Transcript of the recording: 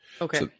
Okay